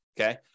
Okay